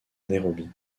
nairobi